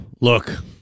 Look